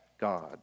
God